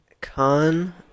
Con